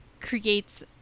creates